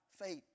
faith